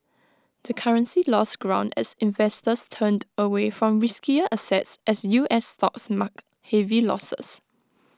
the currency lost ground as investors turned away from riskier assets as U S stocks marked heavy losses